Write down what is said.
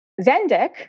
Zendik